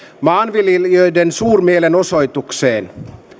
maanviljelijöiden suurmielenosoitukseen